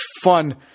fun